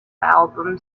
album